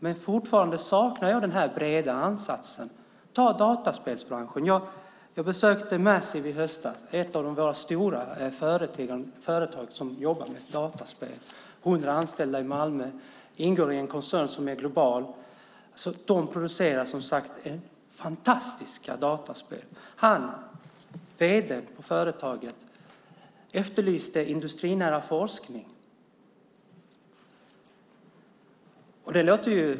Men fortfarande saknar jag den breda ansatsen. Ta dataspelsbranschen. Jag besökte Massive i höstas, ett av våra stora företag som jobbar med dataspel. De har hundra anställda i Malmö och ingår i en koncern som är global. De producerar som sagt fantastiska dataspel. Vd för företaget efterlyste industrinära forskning.